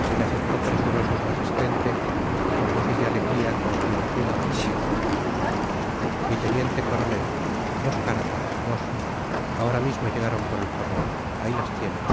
se le acercó presuroso su asistente y con voces de alegría confianzuda le dijo mi teniente coronel dos cartas dos ahora mismo llegaron por el correo ahí las tiene